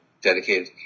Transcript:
dedicated